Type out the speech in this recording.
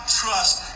trust